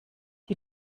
die